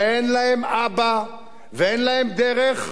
שאין להם אבא ואין להם דרך,